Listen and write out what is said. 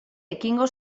ekingo